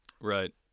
Right